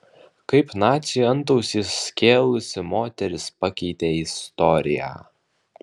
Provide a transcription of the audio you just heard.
kaip naciui antausį skėlusi moteris pakeitė istoriją